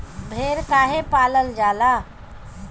भेड़ काहे पालल जाला?